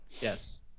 Yes